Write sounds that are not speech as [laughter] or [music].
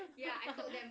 [laughs]